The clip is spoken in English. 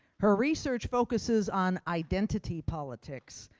her research focuses on identity politics,